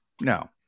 no